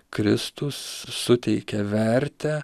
kristus suteikia vertę